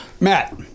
Matt